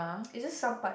is just some part